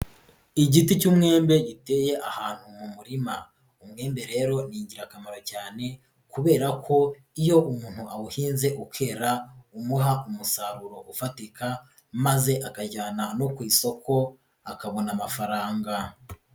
Igiti cy'umwembe giteye ahantu mu murima. Umwenda rero ni ingirakamaro cyane kubera ko iyo umuntu awuhinze ukera, umuha umusaruro ufatika maze akajyana no ku isoko, akabona amafaranga.